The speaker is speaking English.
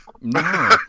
No